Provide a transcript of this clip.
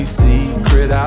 secret